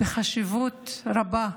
חשיבות רבה,